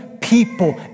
people